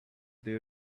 they